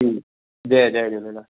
जी जय जय झूलेलाल